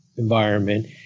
environment